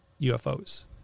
UFOs